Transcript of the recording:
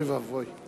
אוי ואבוי.